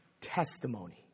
testimony